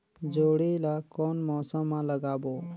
जोणी ला कोन मौसम मा लगाबो?